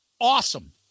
Awesome